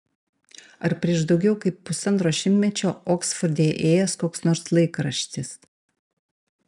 ar prieš daugiau kaip pusantro šimtmečio oksforde ėjęs koks nors laikraštis